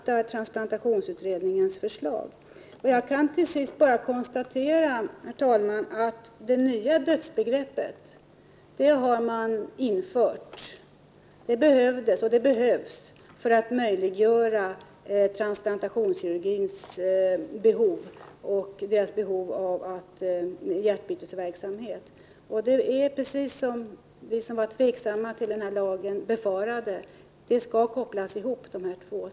Till sist, herr talman, kan jag bara konstatera att det nya dödsbegrepp som man har infört behövs för att tillgodose transplantationskirurgin och dess behov när det gäller hjärtbytesverksamhet. Det är precis som vi som var tveksamma till denna lag befarade: de här två sakerna skall kopplas ihop.